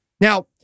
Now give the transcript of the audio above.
Now